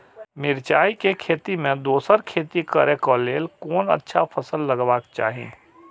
मिरचाई के खेती मे दोसर खेती करे क लेल कोन अच्छा फसल लगवाक चाहिँ?